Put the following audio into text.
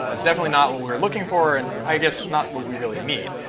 it's definitely not what we're looking for and i guess not what we really need.